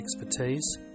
expertise